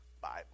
Bible